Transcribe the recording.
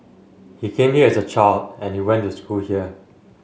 he came here as a child and he went to school here